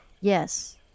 Yes